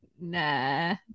nah